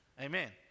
amen